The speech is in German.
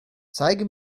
zeige